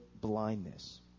blindness